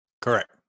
Correct